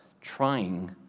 trying